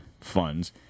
funds